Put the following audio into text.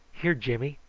here, jimmy.